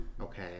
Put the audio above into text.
Okay